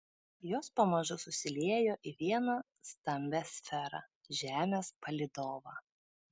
jos pamažu susiliejo į vieną stambią sferą žemės palydovą